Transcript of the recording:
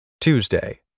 Tuesday